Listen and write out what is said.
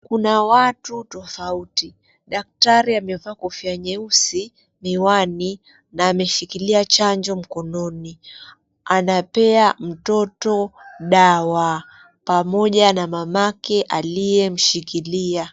Kuna watu tofauti. Daktari amevaa kofia nyeusi, miwani na ameshikilia chanjo mkononi. Anapea mtoto dawa pamoja na mamake aliyemshikilia.